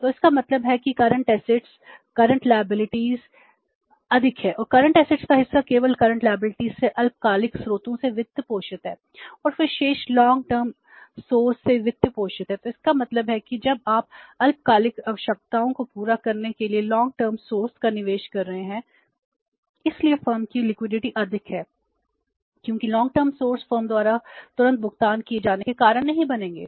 तो इसका मतलब है कि करंट असेट्स फर्म द्वारा तुरंत भुगतान किए जाने के कारण नहीं बनेंगे